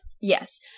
Yes